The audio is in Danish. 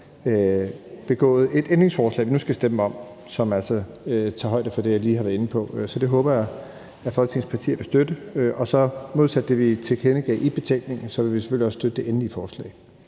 stillet et ændringsforslag, som vi nu skal stemme om, som tager højde for det, jeg lige har været inde på. Så det håber jeg at Folketingets partier vil støtte. Så modsat det, vi tilkendegav i betænkningen, vil vi selvfølgelig også støtte det endelige forslag.